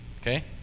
okay